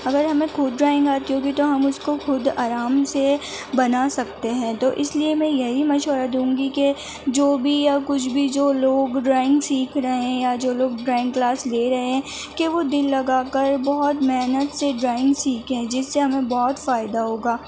اگر ہمیں خود ڈرائنگ آتی ہوگی تو ہم اس کو خود آرام سے بنا سکتے ہیں تو اس لیے میں یہی مشورہ دوں گی کہ جو بھی یا کچھ بھی جو لوگ ڈرائنگ سیکھ رہے ہیں یا جو لوگ ڈرائنگ کلاس لے رہے ہیں کہ وہ دل لگا کر بہت محنت سے ڈرائنگ سیکھیں جس سے ہمیں بہت فائدہ ہوگا